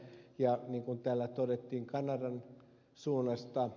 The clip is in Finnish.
niin kuin täällä todettiin ed